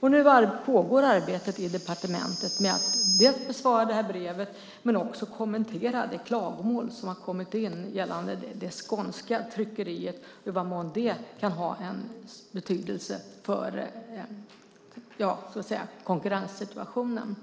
Nu pågår arbetet i departementet med att dels besvara brevet, dels kommentera de klagomål som har kommit in gällande tryckeriet och i vad mån det kan ha betydelse för konkurrenssituationen.